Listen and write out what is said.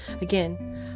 Again